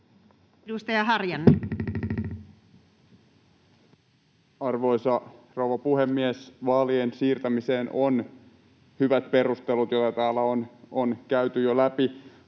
Edustaja Harjanne. Arvoisa rouva puhemies! Vaalien siirtämiseen on hyvät perustelut, joita täällä on käyty jo läpi.